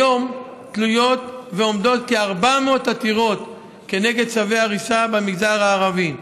כיום תלויות ועומדות כ-400 עתירות כנגד צווי הריסה במגזר הערבי.